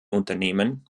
unternehmen